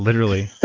literally,